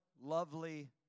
lovely